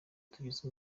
tugize